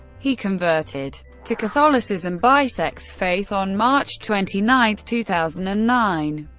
he converted to catholicism, bisek's faith, on march twenty nine, two thousand and nine.